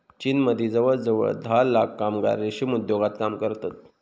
चीनमदी जवळजवळ धा लाख कामगार रेशीम उद्योगात काम करतत